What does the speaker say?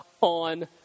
on